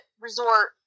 resort